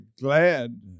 glad